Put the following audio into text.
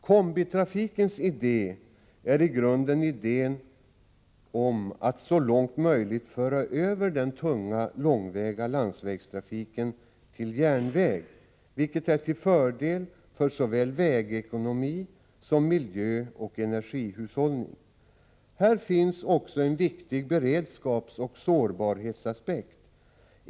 Kombitrafikens idé är i grunden idén om att så långt möjligt föra över den tunga långväga landsvägstrafiken till järnväg, vilket är till fördel för såväl vägekonomi som miljöoch energihushållning. Här finns också en viktig beredskapsoch sårbarhetsaspekt.